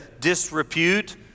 disrepute